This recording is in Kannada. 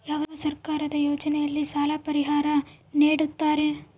ಯಾವ ಸರ್ಕಾರದ ಯೋಜನೆಯಲ್ಲಿ ಸಾಲ ಪರಿಹಾರ ನೇಡುತ್ತಾರೆ?